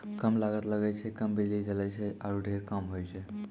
कम लागत लगै छै, कम बिजली जलै छै आरो ढेर काम होय छै